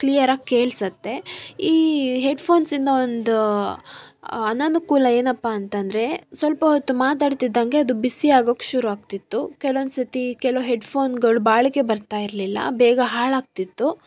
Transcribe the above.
clear ಆಗಿ ಕೇಳಿಸತ್ತೆ ಈ ಹೆಡ್ಫೋನ್ಸಿಂದ ಒಂದು ಅನನುಕೂಲ ಏನಪ್ಪ ಅಂತ ಅಂದರೆ ಸ್ವಲ್ಪ ಹೊತ್ತು ಮಾತಾಡ್ತಿದ್ದಂಗೆ ಅದು ಬಿಸಿ ಆಗೋಕ್ಕೆ ಶುರು ಆಗ್ತಿತ್ತು ಕೆಲೊಂದು ಕೆಲವು ಹೆಡ್ಫೋನ್ಗಳು ಬಾಳಿಕೆ ಬರ್ತಾ ಇರಲಿಲ್ಲ ಬೇಗ ಹಾಳಾಗ್ತಿತ್ತು